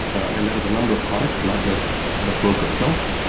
and that is a number of products. not just the broker itself.